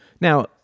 Now